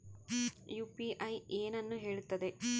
UPI ಏನನ್ನು ಹೇಳುತ್ತದೆ?